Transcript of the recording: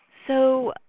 so,